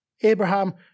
Abraham